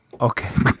okay